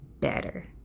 better